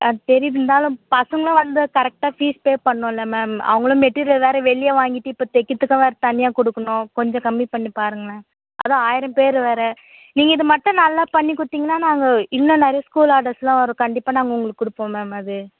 அது தெரியுது இருந்தாலும் பசங்களும் வந்து கரெக்டாக ஃபீஸ் பே பண்ணணும்ல மேம் அவங்களும் மெட்டீரியல் வேறே வெளியே வாங்கிட்டு இப்போ தைக்கிறத்துக்காக தனியாக கொடுக்கணும் கொஞ்சம் கம்மி பண்ணி பாருங்களேன் அதுவும் ஆயிரம் பேர் வேறே நீங்கள் இதை மட்டும் நல்லா பண்ணி கொடுத்திங்கன்னா நாங்கள் இன்னும் நிறைய ஸ்கூல் ஆடர்ஸ்ஸெலாம் வரும் கண்டிப்பாக நாங்கள் உங்களுக்கு கொடுப்போம் மேம் அது